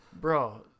Bro